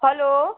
hello